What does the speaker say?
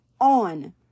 on